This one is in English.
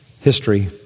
history